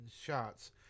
shots